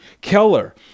Keller